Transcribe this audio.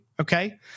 okay